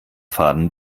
faden